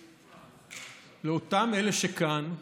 לאותם אלה שכאן,